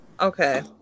Okay